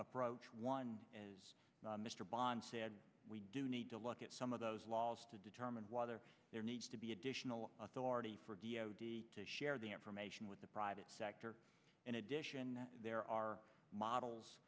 approach one as mr bond said we do need to look at some of those laws to determine whether there needs to be additional authority to share the information with the private sector in addition there are models